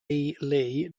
lee